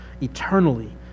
eternally